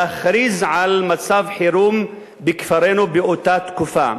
להכריז על מצב חירום בכפרנו באותה תקופה.